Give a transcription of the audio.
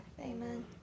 Amen